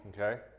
Okay